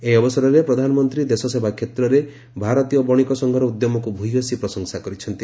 ଏହି ଅବସରରେ ପ୍ରଧାନମନ୍ତ୍ରୀ ଦେଶସେବା କ୍ଷେତ୍ରରେ ଭାରତୀୟ ବଣିକ ସଂଘର ଉଦ୍ୟମକ୍ତ ଭୟସୀ ପ୍ରଶଂସା କରିଛନ୍ତି